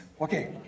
Okay